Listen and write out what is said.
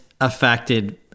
affected